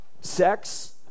sex